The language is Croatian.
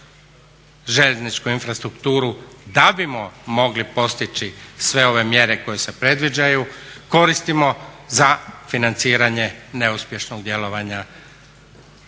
željezničku infrastrukturu da bismo mogli postići sve ove mjere koje se predviđaju koristimo za financiranje neuspješnog djelovanja